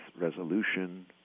resolution